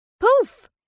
Poof